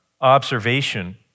observation